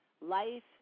life